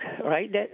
right